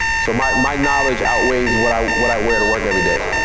so my my knowledge outweighs what i what i wear to work everyday.